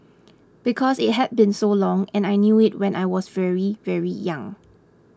because it had been so long and I knew it when I was very very young